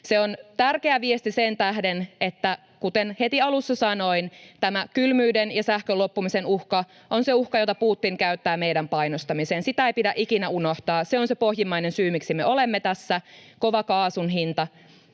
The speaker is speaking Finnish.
Se on tärkeä viesti sen tähden, että, kuten heti alussa sanoin, tämä kylmyyden ja sähkön loppumisen uhka on se uhka, jota Putin käyttää meidän painostamiseen. Sitä ei pidä ikinä unohtaa. Se on se pohjimmainen syy, miksi me olemme tässä, kova kaasun hinta,